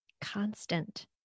constant